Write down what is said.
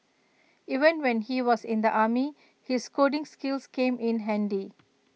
even when he was in the army his coding skills came in handy